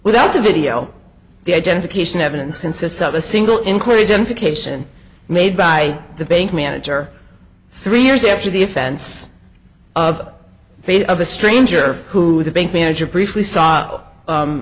without the video the identification evidence consists of a single inquiries implication made by the bank manager three years after the offense of baby of a stranger who the bank manager briefly saw